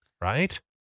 Right